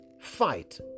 fight